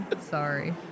Sorry